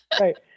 Right